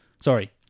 Sorry